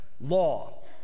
law